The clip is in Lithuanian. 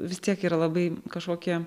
vis tiek yra labai kažkokie